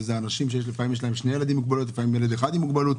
וזה אנשים שלפעמים יש להם שני ילדים עם מוגבלות או ילד אחד עם מוגבלות.